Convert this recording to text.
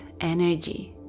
energy